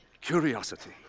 curiosity